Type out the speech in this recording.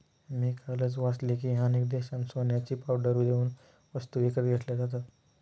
मी कालच वाचले की, अनेक देशांत सोन्याची पावडर देऊन वस्तू विकत घेतल्या जातात